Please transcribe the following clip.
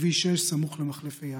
בכביש 6 סמוך למחלף אייל.